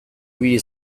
ibili